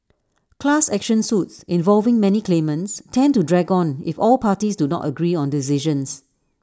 class action suits involving many claimants tend to drag on if all parties do not agree on decisions